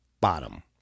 bottom